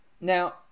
Now